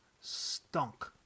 stunk